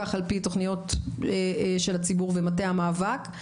כך על פי תוכניות של הציבור ומטה המאבק.